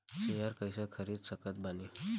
Share कइसे खरीद सकत बानी?